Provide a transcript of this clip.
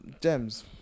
Gems